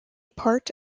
part